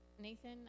Nathan